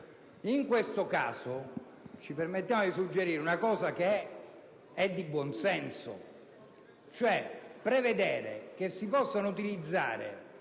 In questo caso, ci permettiamo di esprimere un suggerimento di buon senso, cioè prevedere che si possano utilizzare